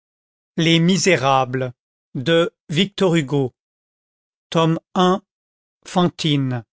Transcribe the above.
chapitre ii fantine